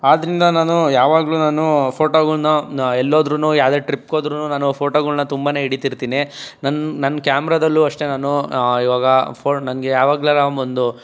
ಆದ್ದರಿಂದ ನಾನು ಯಾವಾಗಲೂ ನಾನು ಫೋಟೊಗಳನ್ನ ಎಲ್ಲೋದ್ರೂ ಯಾವುದೇ ಟ್ರಿಪ್ಗೋದ್ರೂ ನಾನು ಫೋಟೊಗಳನ್ನ ತುಂಬನೇ ಹಿಡೀತಿರ್ತೀನಿ ನನ್ನ ನನ್ನ ಕ್ಯಾಮ್ರಾದಲ್ಲೂ ಅಷ್ಟೆ ನಾನು ಈವಾಗ ಫೊ ನನಗೆ ಯಾವಾಗ್ಲಾರ ಒಂದು